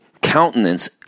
countenance